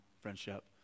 friendship